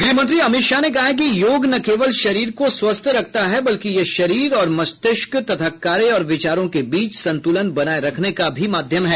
गृहमंत्री अमित शाह ने कहा है कि योग न केवल शरीर को स्वस्थ रखता है बल्कि यह शरीर और मस्तिष्क तथा कार्य और विचारों के बीच संतुलन बनाये रखने का भी माध्यम है